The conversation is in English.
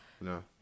no